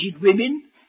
women